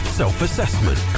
self-assessment